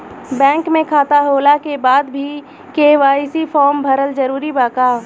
Bank में खाता होला के बाद भी के.वाइ.सी फार्म भरल जरूरी बा का?